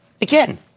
again